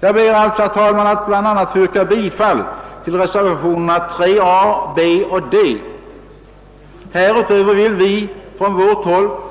Jag ber alltså, herr talman, att få yrka bifall till reservationen 3 a. Härutöver vill vi